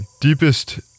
deepest